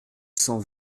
cent